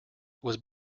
was